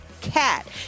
cat